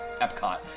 Epcot